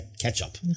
Ketchup